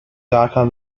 darker